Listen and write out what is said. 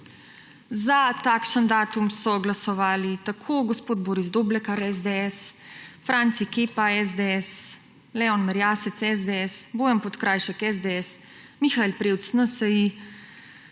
Za takšen datum so glasovali tako gospod Boris Doblekar – SDS, Franci Kepa – SDS, Leon Merjasec – SDS, Bojan Podkrajšek – SDS, Mihael Prevc – NSi,